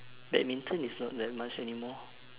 badminton is not that much anymore